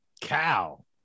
Cow